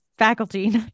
Faculty